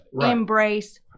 embrace